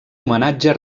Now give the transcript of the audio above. homenatge